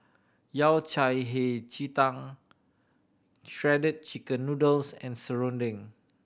Yao Cai Hei Ji Tang Shredded Chicken Noodles and serunding